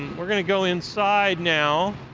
we're going to go inside now